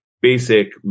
basic